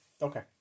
Okay